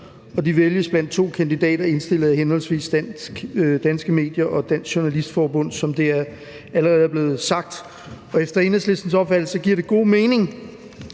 Og de vælges blandt 2 kandidater indstillet af henholdsvis Danske Medier og Dansk Journalistforbund, som det allerede er blevet sagt. Efter Enhedslistens opfattelse giver det god mening.